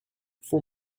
for